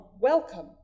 welcome